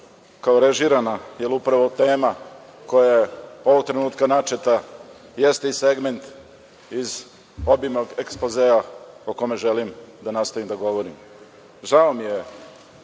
kao režirana, jer upravo tema koja je ovog trenutka načeta jeste i segment iz obimnog ekspozea o kome želim da nastavim da govorim. Žao mi je